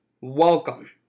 welcome